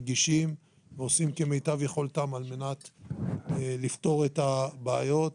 רגישים ועושים כמיטב יכולתם על-מנת לפתור את הבעיות.